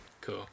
Cool